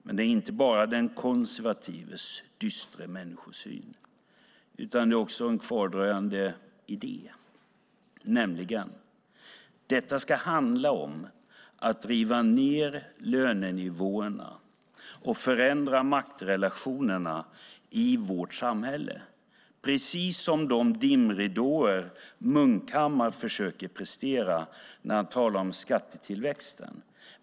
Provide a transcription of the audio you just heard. Men det är inte bara fråga om den konservatives dystra människosyn utan också om en kvardröjande idé, nämligen att det ska handla om att riva ned lönenivåerna och förändra maktrelationerna i vårt samhälle, precis som de dimridåer Munkhammar försöker prestera när han talar om skattetillväxten.